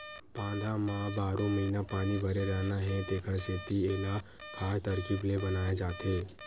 बांधा म बारो महिना पानी भरे रहना हे तेखर सेती एला खास तरकीब ले बनाए जाथे